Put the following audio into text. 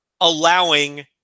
allowing